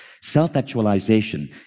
Self-actualization